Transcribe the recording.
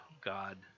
God